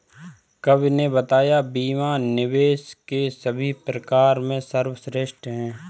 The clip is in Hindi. कवि ने बताया बीमा निवेश के सभी प्रकार में सर्वश्रेष्ठ है